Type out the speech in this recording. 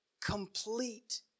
complete